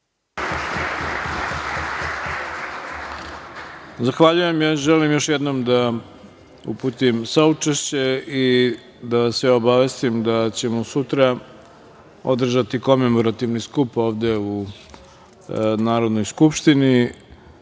Zahvaljujem. Ja želim još jednom da uputim saučešće i da vas sve obavestim da ćemo sutra održati komemorativni skup ovde u Narodnoj